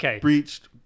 breached